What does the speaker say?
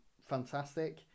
fantastic